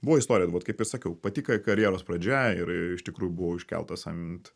buvo istorija vat kaip ir sakiau pati karjeros pradžia ir iš tikrųjų buvau iškeltas ant